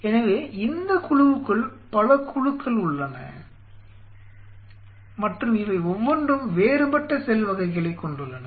எனவே இந்த குழுவுக்குள் பல குழுக்கள் உள்ளன மற்றும் இவை ஒவ்வொன்றும் வேறுபட்ட செல் வகைகளைக் கொண்டுள்ளன